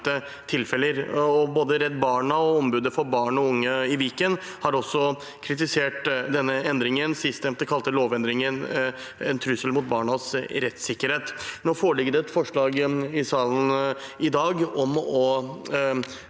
tilfeller. Både Redd Barna og ombudet for barn og unge i Viken har kritisert denne endringen. Sistnevnte kalte lovendringen en trussel mot barnas rettssikkerhet. Det foreligger et forslag i salen i dag om å